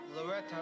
Loretta